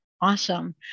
awesome